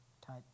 type